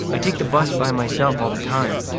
i take the bus by myself all the time.